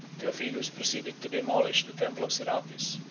theophilus proceeded to demolish the temple of serapis,